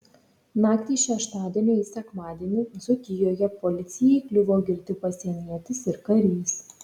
naktį iš šeštadienio į sekmadienį dzūkijoje policijai įkliuvo girti pasienietis ir karys